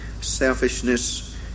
selfishness